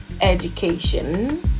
education